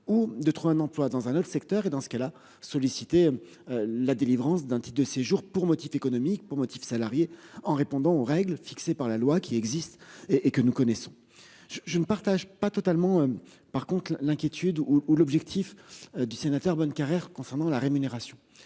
ou de trouver un emploi dans un autre secteur et dans ce cas-là sollicité. La délivrance d'un type de séjour pour motifs économiques pour motif salariés en répondant aux règles fixées par la loi qui existe et et que nous connaissons je je ne partage pas totalement. Par contre, l'inquiétude ou l'objectif du sénateur Bonnecarrere concernant la rémunération.